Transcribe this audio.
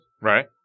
Right